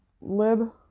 lib